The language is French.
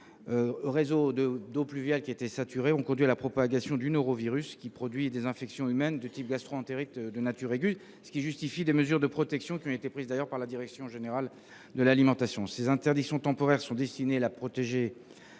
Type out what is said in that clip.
réseaux d’eau pluviale, qui étaient saturés, ont conduit à la propagation du norovirus, qui produit des infections humaines de type gastroentérite aiguë. Une telle situation a justifié les mesures de protection prises par la direction générale de l’alimentation. Les interdictions temporaires sont destinées à protéger